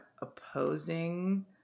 opposing